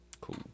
Cool